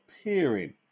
appearing